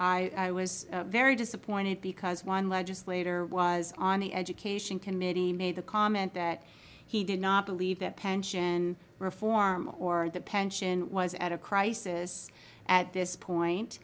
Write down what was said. which i was very disappointed because one legislator was on the education committee made the comment that he did not believe that pension reform or the pension was at a crisis at this point